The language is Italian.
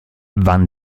van